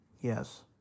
Yes